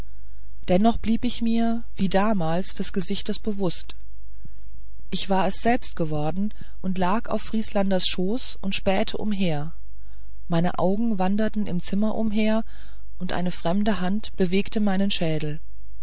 dennoch blieb ich mir wie damals des gesichtes bewußt ich war es selber geworden und lag auf vrieslanders schoß und spähte umher meine augen wanderten im zimmer umher und eine fremde hand bewegte meinen schädel